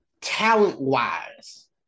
talent-wise